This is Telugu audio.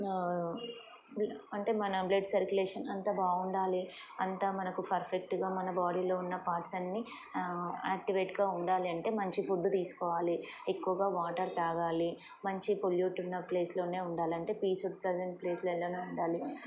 అంటే మన బ్లడ్ సర్క్యులేషన్ అంత బాగుండాలి అంతా మనకు ఫర్ఫెక్ట్గా మన బాడీలో ఉన్న పార్ట్స్ అన్ని యాక్టివేట్గా ఉండాలి అంటే మంచి ఫుడ్ తీసుకోవాలి ఎక్కువగా వాటర్ తాగాలి మంచి పొల్యూట్ ఉన్న ప్లేస్లోనే ఉండాలింటే పీస్డ్ ప్రజెంట్ ప్లేస్లోనే ఉండాలి